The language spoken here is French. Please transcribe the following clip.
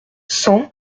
cent